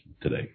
today